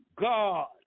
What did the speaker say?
God